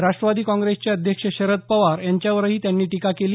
राष्ट्रवादी काँग्रेसचे अध्यक्ष शरद पवार यांच्यावरही त्यांनी टीका केली